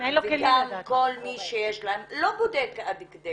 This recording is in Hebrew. וגם כל מי שיש להם לא בודק עד כדי כך.